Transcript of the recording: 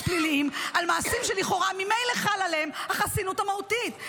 פליליים על מעשים שלכאורה ממילא חלה עליהם החסינות המהותית.